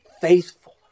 faithful